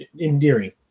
endearing